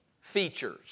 features